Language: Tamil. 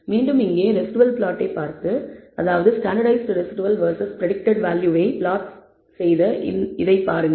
மீண்டும் இங்கே ரெஸிடுவல் பிளாட்டை பார்த்து அதாவது ஸ்டாண்டர்ட்டைஸ்ட் ரெஸிடுவல் வெர்சஸ் பிரடிக்டட் வேல்யூவை பிளாட் இந்த விஷயத்தைப் பாருங்கள்